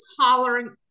tolerant